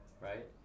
right